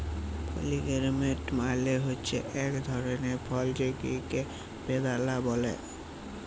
pomegranate মালে হছে ইক ধরলের ফল যেটকে বেদালা ব্যলে